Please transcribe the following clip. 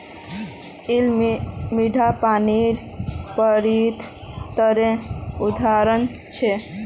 झील मीठा पानीर पारिस्थितिक तंत्रेर उदाहरण छिके